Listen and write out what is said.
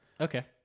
Okay